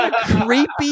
creepy